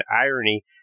irony